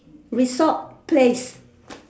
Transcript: resort place